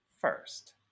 first